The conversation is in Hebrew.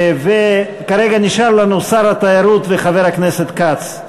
כרגע נשארו לנו שר התיירות וחבר הכנסת כץ.